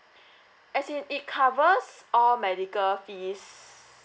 as in it covers all medical fees